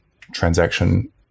transaction